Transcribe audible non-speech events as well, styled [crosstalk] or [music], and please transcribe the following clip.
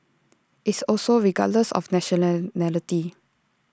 it's also regardless of national [unintelligible]